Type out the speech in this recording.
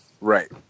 Right